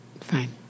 fine